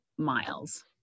Miles